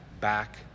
back